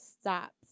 stops